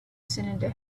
cylinder